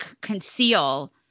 conceal